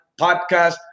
podcast